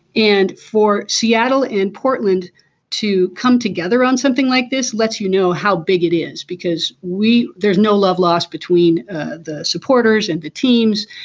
and for seattle and portland to come together on something like this lets you know how big it is because we there's no love lost between the supporters and the teams.